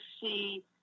see